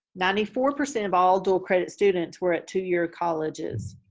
ninety four percent of all dual credit students were at two-year colleges.